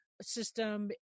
system